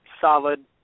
solid